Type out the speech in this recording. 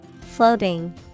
Floating